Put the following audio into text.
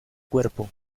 cuerpo